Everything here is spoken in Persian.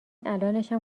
الانشم